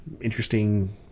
interesting